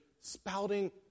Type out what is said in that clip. spouting